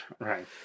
Right